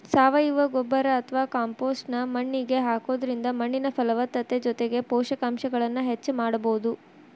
ಸಾವಯವ ಗೊಬ್ಬರ ಅತ್ವಾ ಕಾಂಪೋಸ್ಟ್ ನ್ನ ಮಣ್ಣಿಗೆ ಹಾಕೋದ್ರಿಂದ ಮಣ್ಣಿನ ಫಲವತ್ತತೆ ಜೊತೆಗೆ ಪೋಷಕಾಂಶಗಳನ್ನ ಹೆಚ್ಚ ಮಾಡಬೋದು